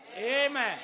Amen